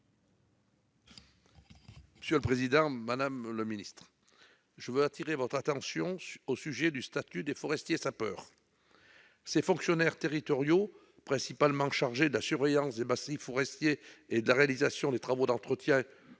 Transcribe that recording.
Madame la secrétaire d'État, je veux attirer votre attention sur le statut des forestiers-sapeurs. Ces fonctionnaires territoriaux principalement chargés de la surveillance des massifs forestiers, de la réalisation des travaux d'entretien